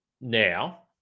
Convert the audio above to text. now